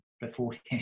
beforehand